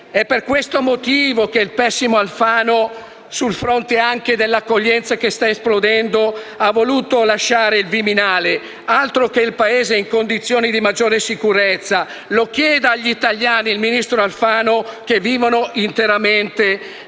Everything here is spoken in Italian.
È per questo motivo che il pessimo Alfano, sul fronte anche dell'accoglienza che sta esplodendo, ha voluto lasciare il Viminale. Altro che «il Paese è in condizioni di maggiore sicurezza!». Il ministro Alfano lo chieda agli italiani che vivono interamente